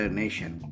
nation